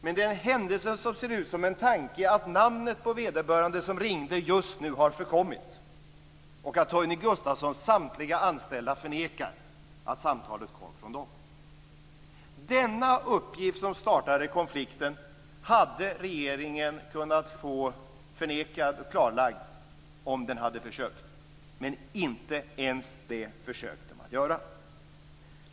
Men det är en händelse som ser ut som en tanke, namnet på vederbörande som ringde har just nu förkommit. Torgny Gustafssons samtliga anställda förnekar att samtalet kom från dem. Denna uppgift, som startade konflikten, hade regeringen kunnat få förnekad eller klarlagd om den hade försökt. Men inte ens det försökte man göra.